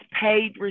paid